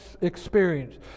experience